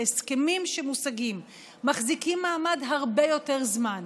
ההסכמים שמושגים מחזיקים מעמד הרבה יותר זמן.